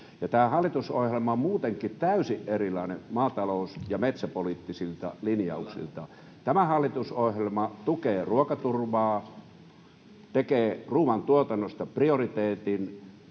tämä hallitusohjelma on muutenkin täysin erilainen maatalous- ja metsäpoliittisilta linjauksiltaan. Tämä hallitusohjelma tukee ruokaturvaa, tekee ruuantuotannosta prioriteetin,